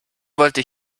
wollte